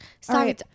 Sorry